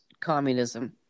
communism